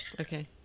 okay